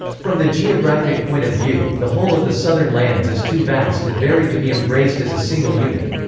from the geographic point of view, the whole of the southern lands is too vast and varied to be embraced as a single unit.